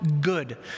good